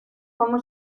como